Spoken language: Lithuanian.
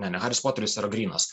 ne ne haris poteris yra grynas